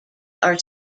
are